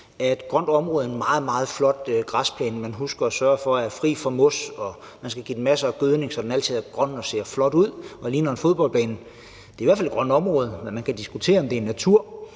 et grønt område en meget, meget flot græsplæne, som er fri for mos, og hvor man sørger for at give den masser af gødning, så den altid er grøn og ser flot ud og ligner en fodboldbane? Det er i hvert fald et grønt område, men man kan diskutere, om det er natur.